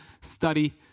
study